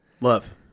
Love